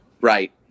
Right